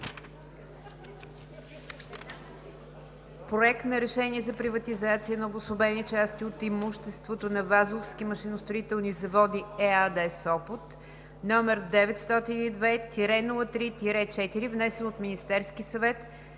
Проект на решение за приватизация на обособени части от имуществото на „Вазовски машиностроителни заводи“ ЕАД – Сопот, № 902-03-4, внесен от Министерския съвет